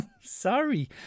Sorry